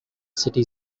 city